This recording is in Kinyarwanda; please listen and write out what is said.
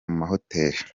mahoteli